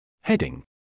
Heading